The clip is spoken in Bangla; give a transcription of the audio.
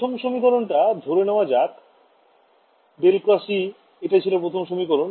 প্রথম সমীকরণটা ধরে নেওয়া যাক ∇× E এটাই ছিল প্রথম সমীকরণ